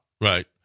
Right